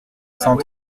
cent